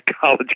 college